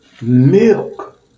milk